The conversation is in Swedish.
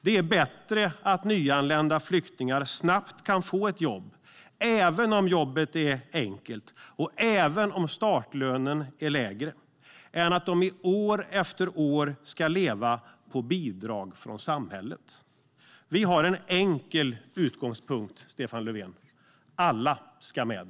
Det är bättre att nyanlända flyktingar snabbt kan få ett jobb även om jobbet är enkelt och även om startlönen är lägre än att de år efter år ska leva på bidrag från samhället. Vi har en enkel utgångspunkt, Stefan Löfven: Alla ska med.